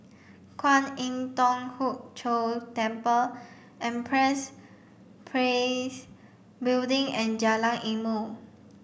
Kwan Im Thong Hood Cho Temple Empress Place Building and Jalan Ilmu